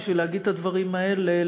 בשביל להגיד את הדברים האלה,